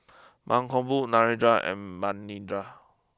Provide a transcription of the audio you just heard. Mankombu Narendra and Manindra